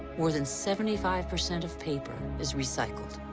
more than seventy five percent of paper is recycled.